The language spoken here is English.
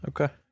Okay